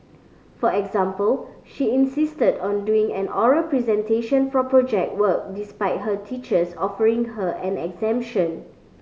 for example she insisted on doing an oral presentation for Project Work despite her teachers offering her an